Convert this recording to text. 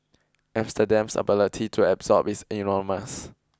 Amsterdam's ability to absorb is enormous